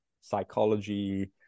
psychology